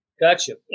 Gotcha